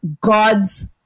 God's